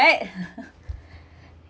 right